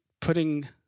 putting